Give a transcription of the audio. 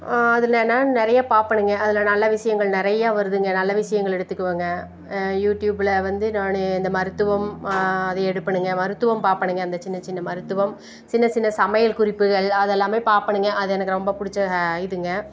அதுலெலாம் நிறையா பார்ப்பேனுங்க அதில் நல்ல விஷயங்கள் நிறையா வருதுங்க நல்ல விஷயங்கள் எடுத்துக்குவேங்க யூடியூப்பில் வந்து நான் இந்த மருத்துவம் அதை எடுப்பேனுங்க மருத்துவம் பார்ப்பேனுங்க அந்த சின்ன சின்ன மருத்துவம் சின்ன சின்ன சமையல் குறிப்புகள் அதெல்லாமே பார்ப்பேனுங்க அது எனக்கு ரொம்ப பிடிச்ச இதுங்க